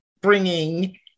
bringing